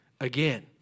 again